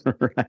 Right